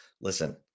Listen